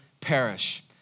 perish